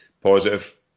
positive